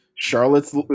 Charlotte's